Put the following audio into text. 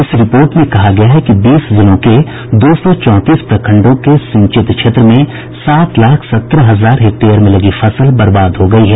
इस रिपोर्ट में कहा गया है कि बीस जिलों के दो सौ चौंतीस प्रखंडों के सिंचित क्षेत्र में सात लाख सत्रह हजार हेक्टेयर में लगी फसल बर्बाद हो गयी है